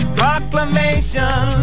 proclamation